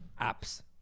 apps